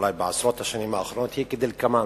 אולי בעשרות השנים האחרונות, היא כדלקמן: